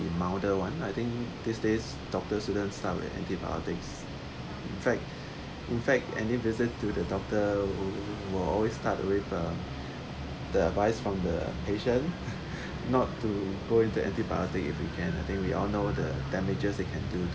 milder one I think these days doctors shouldn't start with antibiotics in fact in fact any visit to the doctor will always start with uh the advice from the patient not to go into antibiotic if we can I think we all know the damages it can do